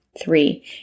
three